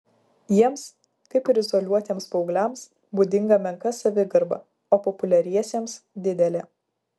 jiems kaip ir izoliuotiems paaugliams būdinga menka savigarba o populiariesiems didelė